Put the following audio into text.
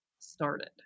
Started